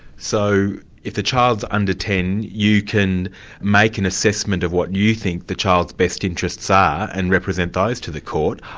so if a child's under ten, you can make an assessment of what and you think the child's best interests are and represent those to the court.